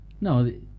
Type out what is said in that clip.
No